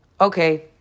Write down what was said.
okay